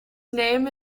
name